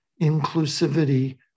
inclusivity